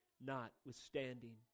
notwithstanding